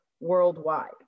worldwide